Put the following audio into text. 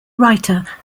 writer